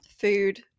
food